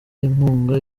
inkunga